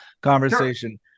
conversation